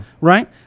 Right